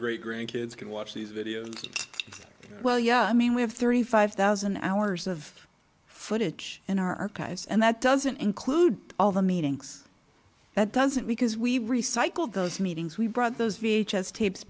great grandkids can watch these videos well yeah i mean we have thirty five thousand hours of footage in our archives and that doesn't include all the meetings that doesn't because we recycled those meetings we brought those v h s tapes